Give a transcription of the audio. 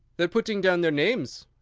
they're putting down their names,